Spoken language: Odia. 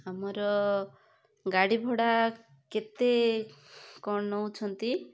ଆମର ଗାଡ଼ି ଭଡ଼ା କେତେ କ'ଣ ନଉଛନ୍ତି